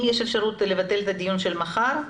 ואם יש אפשרות לבטל את הדיון של מחר,